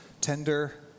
tender